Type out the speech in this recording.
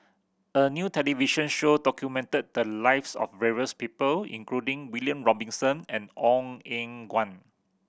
a new television show documented the lives of various people including William Robinson and Ong Eng Guan